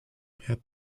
had